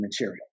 material